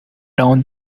down